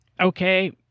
okay